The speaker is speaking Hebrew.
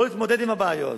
לא להתמודד עם הבעיה הזאת.